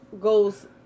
goes